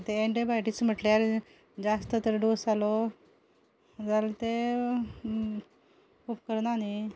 ते एंटीबायोटिक्स म्हटल्यार जास्त तर डोस जालो जाल्या तें उपकरना न्ही